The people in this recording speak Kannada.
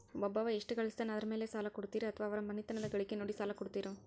ಒಬ್ಬವ ಎಷ್ಟ ಗಳಿಸ್ತಾನ ಅದರ ಮೇಲೆ ಸಾಲ ಕೊಡ್ತೇರಿ ಅಥವಾ ಅವರ ಮನಿತನದ ಗಳಿಕಿ ನೋಡಿ ಸಾಲ ಕೊಡ್ತಿರೋ?